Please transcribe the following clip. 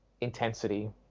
intensity